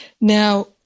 Now